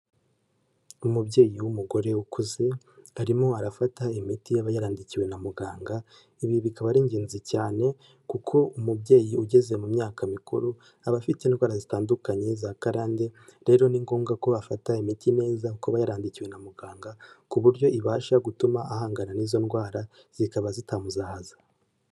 Umubyeyi w'umugore ukuze, arimo arafata imiti aba yarandikiwe na muganga, ibi bikaba ari ingenzi cyane kuko umubyeyi ugeze mu myaka mikuru, aba afite indwara zitandukanye za karande, rero ni ngombwa ko afata imiti neza kuba yarandikiwe na muganga ku buryo ibasha gutuma ahangana n'izo ndwara zikaba zitamuzahaza.